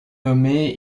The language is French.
nommé